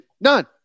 None